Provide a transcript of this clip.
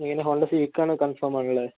എങ്ങനെ ഹോണ്ട സിവിക്കാണെന്ന് കൺഫേം ആണല്ലേ